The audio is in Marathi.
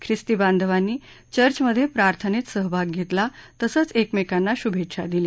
ख्रिस्ती बांधवांनी चर्चमधे प्रार्थनेत सहभाग घेतला तसंच एकमेकांना शुभेच्छा दिल्या